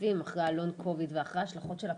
שעוקבים אחרי הלונג קוביד ואחרי ההשלכות של הקורונה,